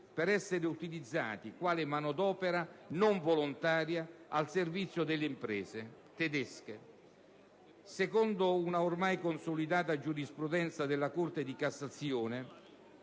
per essere utilizzati quale manodopera non volontaria al servizio di imprese tedesche. Secondo una oramai consolidata giurisprudenza della Corte di cassazione,